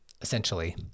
essentially